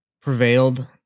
prevailed